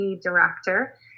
director